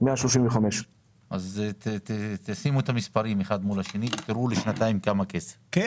135. תשימו את המספרים אחד מול השני ותראו כמה כסף זה לשנתיים.